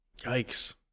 Yikes